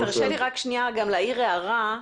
תרשה לי להעיר הערה.